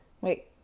Wait